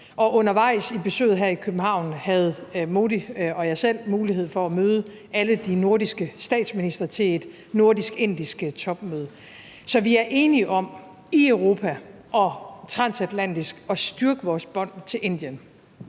og undervejs i besøget her i København havde Modi og jeg selv mulighed for at møde alle de nordiske statsministre til et nordisk-indisk topmøde. Så vi er enige om i Europa og transatlantisk at styrke vores bånd til Indien,